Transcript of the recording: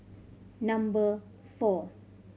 number four